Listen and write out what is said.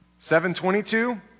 722